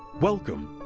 welcome.